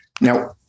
Now